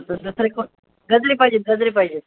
the दुसरी तरी कोण गजरे पाहिजे आहेत गजरे पाहिजे